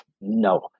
no